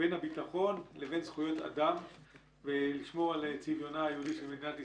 בין הביטחון לבין זכויות אדם ולשמור על צביונה היהודי של מדינת ישראל.